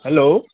hello